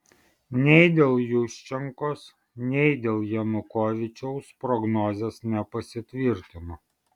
nei dėl juščenkos nei dėl janukovyčiaus prognozės nepasitvirtino